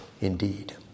Indeed